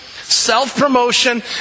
self-promotion